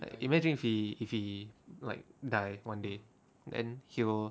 even if he if he like die one day then he will